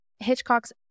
hitchcock's